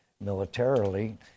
militarily